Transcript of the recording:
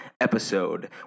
episode